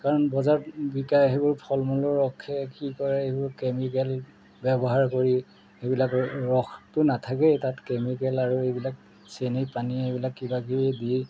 কাৰণ বজাৰত বিকা সেইবোৰ ফল মূলৰ ৰসে কি কৰে সেইবোৰ কেমিকেল ব্যৱহাৰ কৰি সেইবিলাক ৰ ৰসটো নাথাকেই তাত কেমিকেল আৰু এইবিলাক চেনি পানী সেইবিলাক কিবা কিবি দি